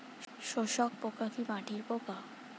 শোষক পোকা কি মাটির পোকা?